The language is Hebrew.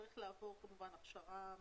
צריך לעבור כמובן הכשרה מתאימה,